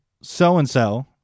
so-and-so